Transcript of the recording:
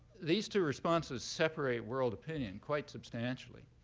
these two responses separate world opinion quite substantially.